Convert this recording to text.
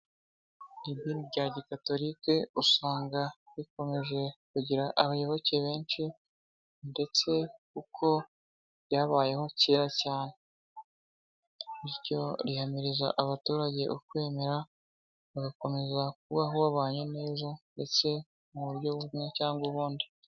Idini rya gikatolika usanga rikomeje abayoboke benshi, ndetse kuko ryabayeho kera cyane, bityo rihamiriza abaturage ukwemera, kubaho babanye neza ndetse mu bumwe cyangwa ubundi.